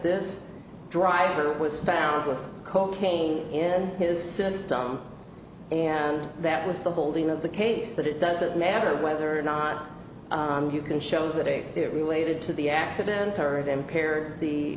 this driver was found with cocaine in his system and that was the holding of the case that it doesn't matter whether or not you can show that a it related to the accident or them paired the